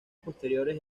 posteriores